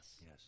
Yes